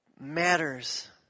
matters